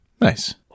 Nice